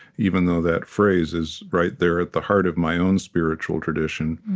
even though that phrase is right there at the heart of my own spiritual tradition,